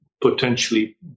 potentially